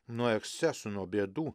nuo ekscesų nuo bėdų